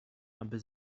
aby